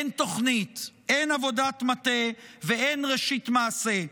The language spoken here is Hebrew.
אין תוכנית, אין עבודת מטה ואין ראשית מעשה.